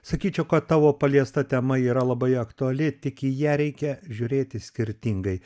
sakyčiau kad tavo paliesta tema yra labai aktuali tik į ją reikia žiūrėti skirtingai